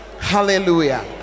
hallelujah